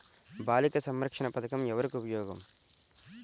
బాలిక సంరక్షణ పథకం ఎవరికి ఉపయోగము?